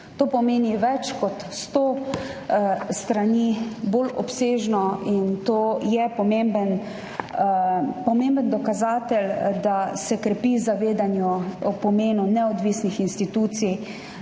To pomeni več kot 100 strani bolj obsežno. To je pomemben dokaz, da se krepi zavedanje o pomenu neodvisnih institucij.